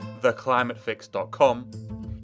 theclimatefix.com